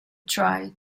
try